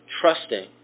trusting